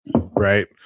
Right